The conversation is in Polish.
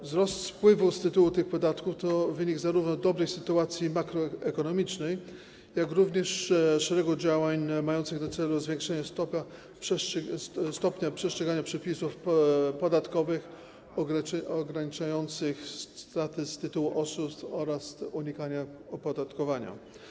Wzrost wpływów z tytułu tych podatków to wynik zarówno dobrej sytuacji makroekonomicznej, jak i szeregu działań mających na celu zwiększenie stopnia przestrzegania przepisów podatkowych ograniczających straty z tytułu oszustw oraz unikania opodatkowania.